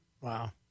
Wow